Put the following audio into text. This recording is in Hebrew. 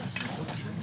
נכון.